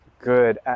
good